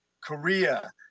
Korea